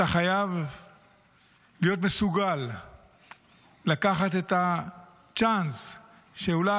אתה חייב להיות מסוגל לקחת את הצ'אנס שאולי